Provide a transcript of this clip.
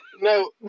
no